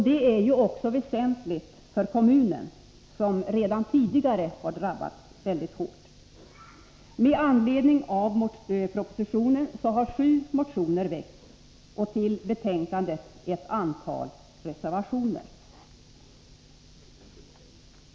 Det är väsentligt också för kommunen, som redan tidigare drabbats väldigt hårt. Med anledning av propositionen har sju motioner väckts och till betänkandet ett antal reservationer fogats.